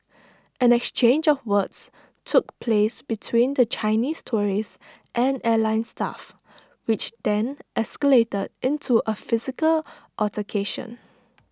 an exchange of words took place between the Chinese tourists and airline staff which then escalated into A physical altercation